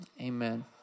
Amen